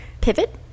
Pivot